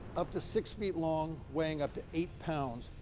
up to six feet long, weighing up to eight pounds,